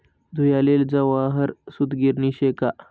धुयाले जवाहर सूतगिरणी शे का